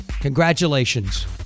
Congratulations